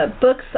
Books